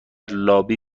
لابی